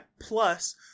plus